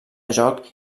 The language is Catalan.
joc